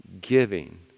giving